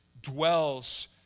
dwells